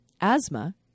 asthma